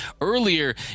earlier